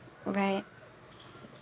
alright